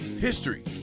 history